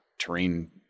terrain